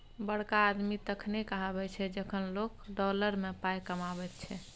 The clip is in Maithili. बड़का आदमी तखने कहाबै छै जखन लोक डॉलर मे पाय कमाबैत छै